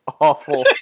awful